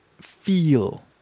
feel